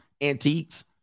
antiques